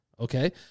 Okay